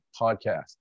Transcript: podcast